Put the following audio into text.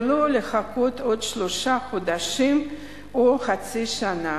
ולא לחכות עוד שלושה חודשים או חצי שנה.